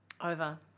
Over